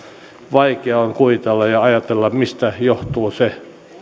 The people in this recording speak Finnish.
vaikeaa on kuvitella ja ajatella mistä johtuu se